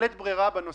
בעניין